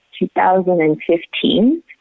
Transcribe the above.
2015